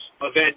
event